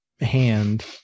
hand